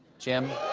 jim?